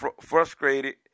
frustrated